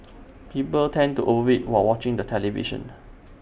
people tend to over eat while watching the television